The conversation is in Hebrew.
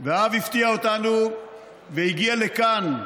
והאב הפתיע אותנו והגיע לכאן,